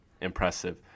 impressive